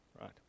right